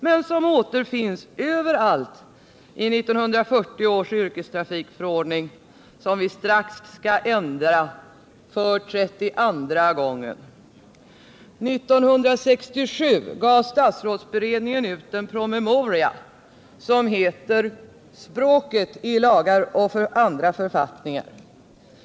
Men de återfinns överallt i 1940 års yrkestrafikförordning, som vi strax skall ändra för 32:a gången. År 1967 gav statsrådsberedningen ut en promemoria som heter Språket i lagar och andra författningar.